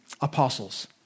apostles